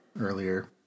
earlier